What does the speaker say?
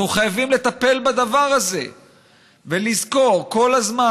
אנחנו חייבים לטפל בדבר הזה ולזכור כל הזמן: